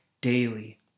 daily